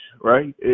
right